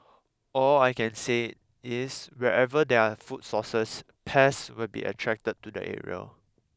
all I can say is wherever there are food sources pests will be attracted to the area